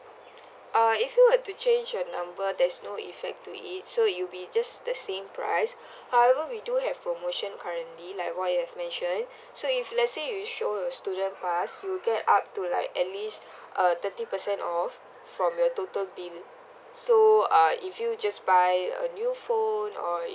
uh if you were to change your number there's no effect to it so it'll be just the same price however we do have promotion currently like what you've mentioned so if let's say you show your student pass you would get up to like at least a thirty percent off from your total bill so uh if you just buy a new phone or